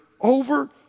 over